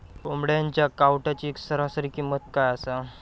कोंबड्यांच्या कावटाची सरासरी किंमत काय असा?